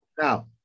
Now